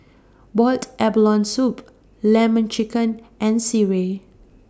boiled abalone Soup Lemon Chicken and Sireh